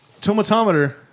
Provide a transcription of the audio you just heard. tomatometer